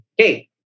Okay